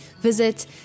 visit